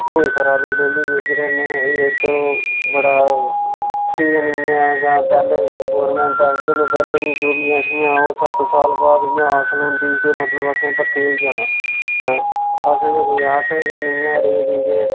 एह् करा दी डेल्ली बेजरें नै एह् तो बड़ा ठीक निं ऐ जां पैह्लें गौरमैंटां चलो पैह्लें दियां जो बी ऐथियां सत्त साल बाद इ'यां आस होंदी के मतलब असें पक्के होई जाना असें ते कोई आस गै निं ऐ रेह्दी के